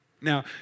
Now